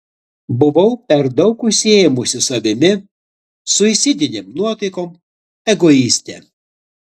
buvau per daug užsiėmusi savimi suicidinėm nuotaikom egoistė